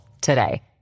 today